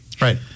Right